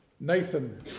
Nathan